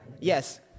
Yes